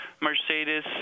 Mercedes